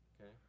okay